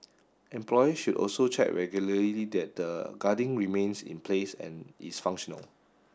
employers should also check regularly that the guarding remains in place and is functional